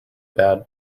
bad